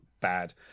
bad